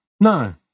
No